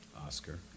Oscar